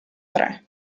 tre